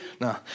No